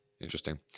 Interesting